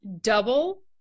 double